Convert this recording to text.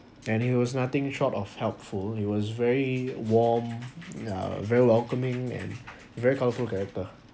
and he was nothing short of helpful he was very warm yeah very welcoming and very colourful character